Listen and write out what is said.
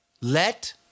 Let